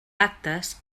actes